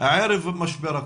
ערב משבר הקורונה.